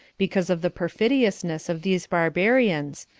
because of the perfidiousness of these barbarians,